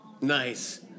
Nice